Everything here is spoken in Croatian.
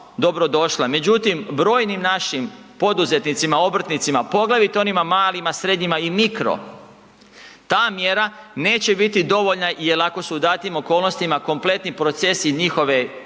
dobro došla. Međutim, brojnim našim poduzetnicima, obrtnicima, poglavito onima malima, srednjima i mikro ta mjera neće biti dovoljna jel ako su u datim okolnostima kompletni procesi i njihove